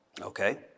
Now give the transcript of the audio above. Okay